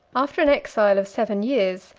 after an exile of seven years,